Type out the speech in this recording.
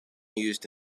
used